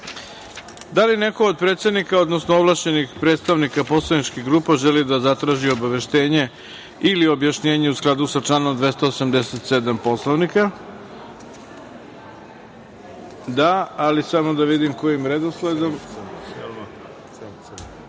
li neko od predsednika, odnosno ovlašćenih predstavnika poslaničkih grupa želi da zatraži obaveštenje ili objašnjenje u skladu sa članom 287. Poslovnika? Da, ali samo da vidim kojim redosledom. Reč